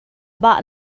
bah